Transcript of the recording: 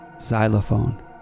xylophone